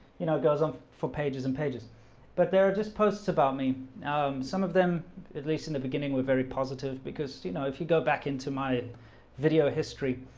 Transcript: you know, it goes on for pages and pages but there are just posts about me some of them at least in the beginning we're very positive because you know, if you go back into my video history